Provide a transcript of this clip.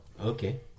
Okay